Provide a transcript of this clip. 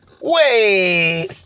Wait